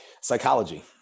psychology